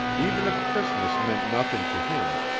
even if christmas meant nothing to him,